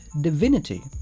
divinity